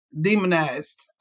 demonized